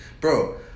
Bro